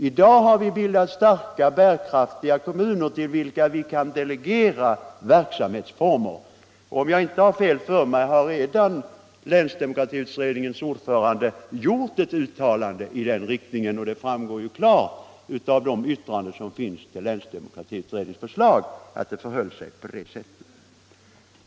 I dag har vi bildat starka, bärkraftiga kommuner, till vilka vi kan delegera verksamhetsformer. Och om jag inte fattat fel har länsdemokratiutredningens ordförande redan gjort ett uttalande i den riktningen, och det framgår klart av yttrandena över länsdemokratiutredningens förslag att det förhöll sig på det sättet.